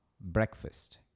breakfast